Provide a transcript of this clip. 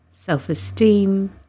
self-esteem